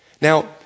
Now